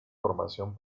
formación